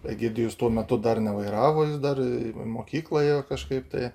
egidijus tuo metu dar nevairavo jis dar mokykloje kažkaip tai